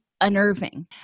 unnerving